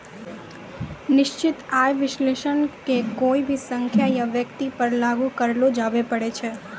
निश्चित आय विश्लेषण के कोय भी संख्या या व्यक्ति पर लागू करलो जाबै पारै छै